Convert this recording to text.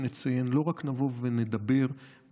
כשנציין את היום הזה נציין לא רק נבוא ונדבר ונחבק,